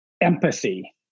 empathy